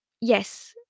yes